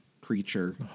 creature